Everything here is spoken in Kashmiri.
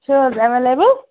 چھِ حظ ایٚوَیلیبُل